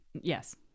yes